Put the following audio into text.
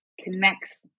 connects